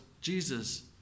Jesus